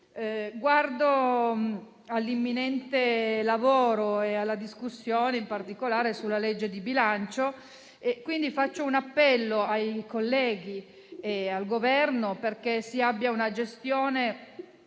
Guardo all'imminente lavoro e alla discussione del disegno di legge di bilancio e rivolgo un appello ai colleghi e al Governo perché si abbia una gestione